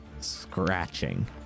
scratching